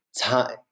time